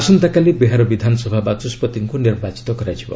ଆସନ୍ତାକାଲି ବିହାର ବିଧାନସଭା ବାଚସ୍ୱତିଙ୍କୁ ନିର୍ବାଚିତ କରାଯିବ